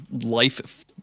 life